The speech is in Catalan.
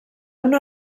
una